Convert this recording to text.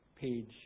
page